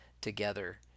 together